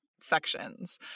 sections